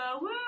woo